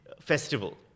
festival